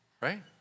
right